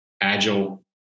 agile